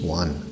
one